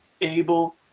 able